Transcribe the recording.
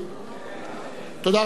תודה רבה.